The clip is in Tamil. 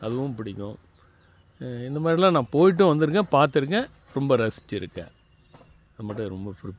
அதுவும் பிடிக்கும் இந்த மாதிரிலாம் நான் போயிட்டும் வந்திருக்கேன் பார்த்துருக்கேன் ரொம்ப ரசித்துருக்கேன் அது மட்டும் ரொம்ப ஃபுல்